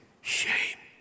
shame